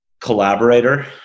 collaborator